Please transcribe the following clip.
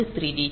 அது 3d